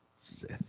Sith